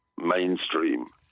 mainstream